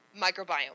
microbiome